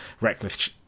reckless